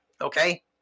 Okay